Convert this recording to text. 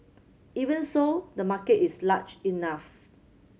even so the market is large enough